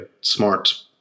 smart